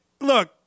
look